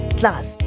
class